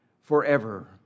forever